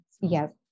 Yes